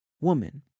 woman